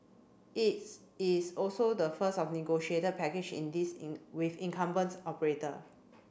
its is also the first of negotiated package in this in with incumbent operator